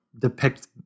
depict